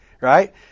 right